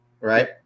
right